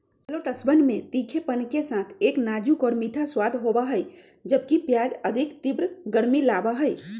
शैलोट्सवन में तीखेपन के साथ एक नाजुक और मीठा स्वाद होबा हई, जबकि प्याज अधिक तीव्र गर्मी लाबा हई